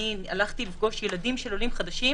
הלכתי לפגוש ילגים של עולים חדשים